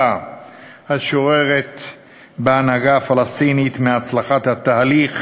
השוררת בהנהגה הפלסטינית מהצלחת התהליך